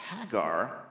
hagar